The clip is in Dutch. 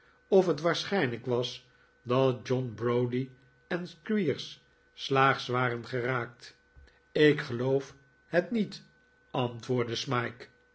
of het waarschijnlijk was dat john browdie en squeers slaags waren geraakt ik geloof het niet antwoordde smike